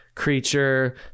Creature